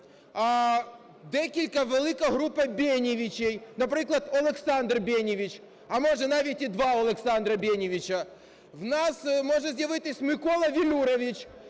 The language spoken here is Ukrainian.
велика група "бенєвичей", наприклад, "Олександр Бєнєвич", а, може, навіть і два "Олександра Бєнєвича". В нас може з'явитися "Микола Велюрович",